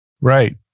Right